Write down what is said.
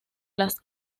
las